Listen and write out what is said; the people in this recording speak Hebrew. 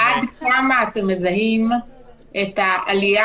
אני רוצה לשאול עד כמה אתם מזהים את העלייה